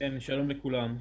שלום לכולם,